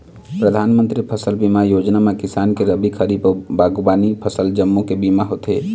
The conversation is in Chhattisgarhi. परधानमंतरी फसल बीमा योजना म किसान के रबी, खरीफ अउ बागबामनी फसल जम्मो के बीमा होथे